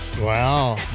Wow